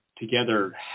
Together